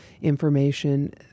information